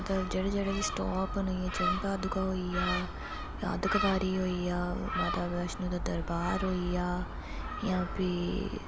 जगह् स्टॉप न चरण पादुका होईआ अर्ध कुआंरी होईआ माता वैश्णो दा दरबार होईआ जां फ्ही